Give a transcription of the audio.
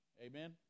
Amen